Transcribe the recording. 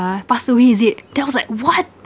passed away is it then I was like what